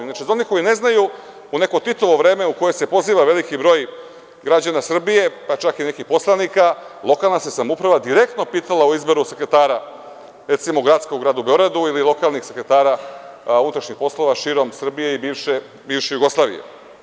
Inače, za one koji ne znaju, u neko Titovo vreme na koje se poziva veliki broj građana Srbije, pa čak i neki poslanici, lokalna samouprava se direktno pitala o izboru sekretara, recimo gradskog u Gradu Beogradu ili lokalnog sekretara unutrašnjih poslova širom Srbije i bivše Jugoslavije.